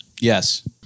Yes